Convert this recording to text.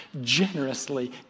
generously